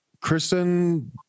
Kristen